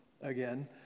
again